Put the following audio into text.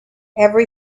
every